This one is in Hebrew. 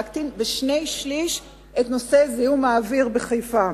להקטין בשני-שלישים את זיהום האוויר בחיפה.